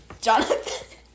Jonathan